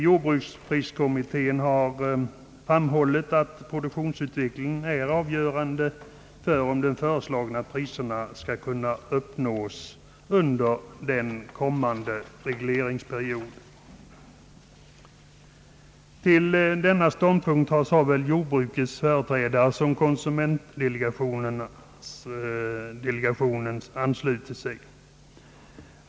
Jordbrukspriskommittén har framhållit, att produktionsutvecklingen är avgörande för om de föreslagna priserna skall kunna uppnås under den kommande regleringsperioden. Till denna ståndpunkt har såväl jordbrukets företrädare som konsumentdelegationen anslutit sig.